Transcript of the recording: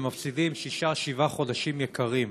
הם מפסידים שישה-שבעה חודשים יקרים.